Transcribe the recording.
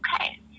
Okay